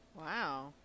Wow